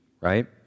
right